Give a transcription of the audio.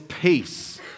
peace